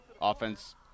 offense